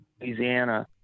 Louisiana